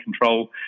control